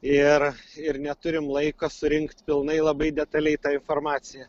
ir ir neturim laiko surinkt pilnai labai detaliai tą informaciją